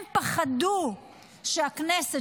הם פחדו שהכנסת,